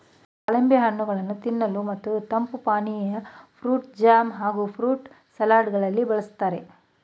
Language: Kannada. ದಾಳಿಂಬೆ ಹಣ್ಣುಗಳನ್ನು ತಿನ್ನಲು ಮತ್ತು ತಂಪು ಪಾನೀಯ, ಫ್ರೂಟ್ ಜಾಮ್ ಹಾಗೂ ಫ್ರೂಟ್ ಸಲಡ್ ಗಳಲ್ಲಿ ಬಳ್ಸತ್ತರೆ